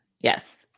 yes